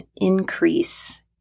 increase